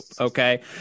Okay